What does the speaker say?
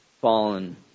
fallen